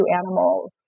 animals